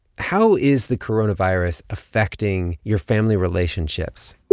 how is the coronavirus affecting your family relationships?